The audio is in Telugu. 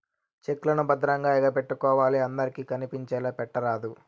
చెక్ లను భద్రంగా ఎగపెట్టుకోవాలి అందరికి కనిపించేలా పెట్టరాదు